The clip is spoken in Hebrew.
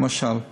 למשל.